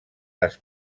les